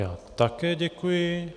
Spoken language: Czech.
Já také děkuji.